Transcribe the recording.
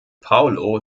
paolo